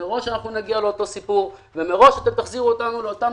מראש אנחנו נגיע לאותו סיפור ומראש אתם תחזירו אותנו לאותן